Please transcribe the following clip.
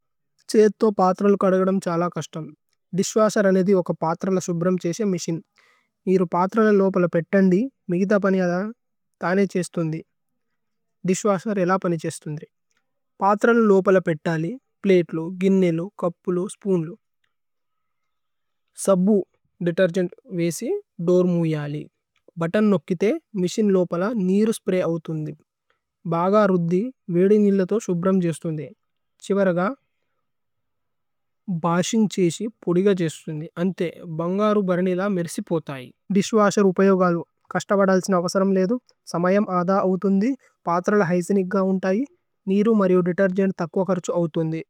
ദിശ്വശേര് ഉപയോഗലു കസ്തബദല്സിന വസരമ് ലേഇധു। സമയമ് ആദ അവുതുന്ദി, പത്രല ഹ്യ്ജേനിഗ്ഗ അവുതുന്ദി, നിരു മരിഓ ദേതേര്ഗേനേ തക്കുഅ കര്ഛു അവുതുന്ദി।